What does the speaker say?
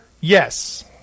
Yes